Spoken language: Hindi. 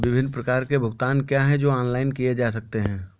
विभिन्न प्रकार के भुगतान क्या हैं जो ऑनलाइन किए जा सकते हैं?